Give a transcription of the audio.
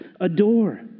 adore